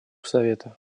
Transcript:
совета